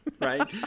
right